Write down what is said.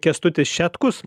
kęstutis šetkus